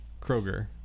Kroger